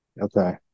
Okay